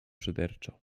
szyderczo